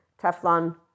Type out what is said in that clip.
Teflon